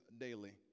daily